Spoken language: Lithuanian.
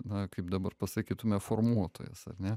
na kaip dabar pasakytume formuotojas ar ne